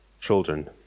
children